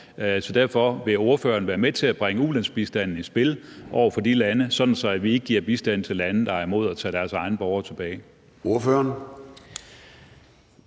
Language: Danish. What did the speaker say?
spørge, om ordføreren vil være med til at bringe ulandsbistanden i spil over for de lande, sådan at vi ikke giver bistand til lande, der er imod at tage deres egne borgere tilbage.